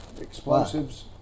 explosives